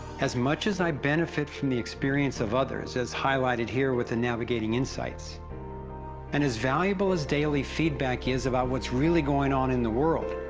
as much as i benefit from the experience of others, as highlighted here with the navigating insights and as valuable as daily feedback is about what's really going on in the world,